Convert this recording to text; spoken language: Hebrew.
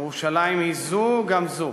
ירושלים היא זו גם זו.